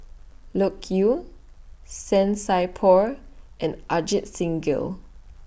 Loke Yew San Sai Por and Ajit Singh Gill